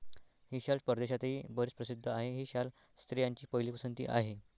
ही शाल परदेशातही बरीच प्रसिद्ध आहे, ही शाल स्त्रियांची पहिली पसंती आहे